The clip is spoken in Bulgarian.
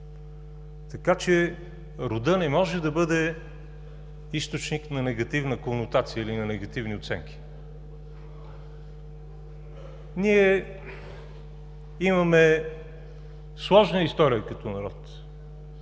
така че родът не може да бъде източник на негативна конотация или на негативни оценки. Ние имаме сложна история като народ.